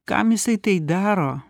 kam jisai tai daro